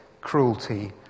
cruelty